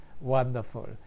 wonderful